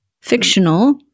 fictional